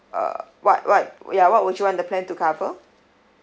uh what what ya what would you want the plan to cover